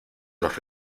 los